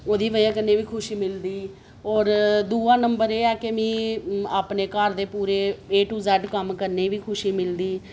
ओह्दी बजह कन्नै बी खुशी मिलदी और दूआ नंम्बर एह् ऐ केह् मिगी अपने घर दे पूरे ए दू जैड कम्म करने गी बी खुशी मिलदी